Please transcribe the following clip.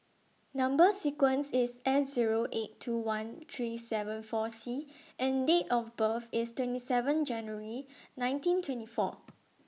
Number sequence IS S Zero eight two one three seven four C and Date of birth IS twenty seven January nineteen twenty four